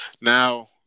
Now